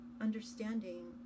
understanding